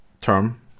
term